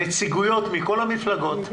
הגדולה של הילד שלך עכשיו צריכה להיות הגדולה שלך.